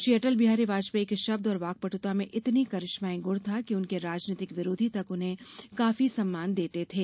श्री अटले बिहारी वाजपेयी के शब्द और वाकपट्ता में इतनी करिश्माई गुण था कि उनके राजनीतिक विरोधी तक उन्हें काफी सम्मान देते थे